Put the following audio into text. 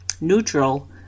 neutral